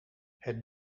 het